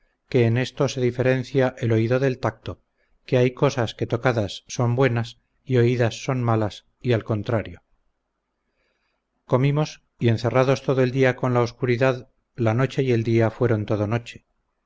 que en esto se diferencia el oído del tacto que hay cosas que tocadas son buenas y oídas son malas y al contrario comimos y encerrados todo el día con la oscuridad la noche y día fueron todo noche